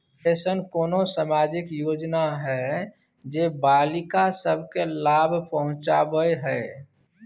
की ऐसन कोनो सामाजिक योजना हय जे बालिका सब के लाभ पहुँचाबय हय?